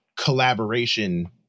collaboration